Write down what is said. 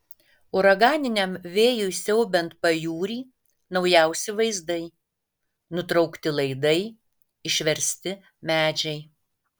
uraganiniam vėjui siaubiant pajūrį naujausi vaizdai nutraukti laidai išversti medžiai